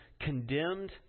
condemned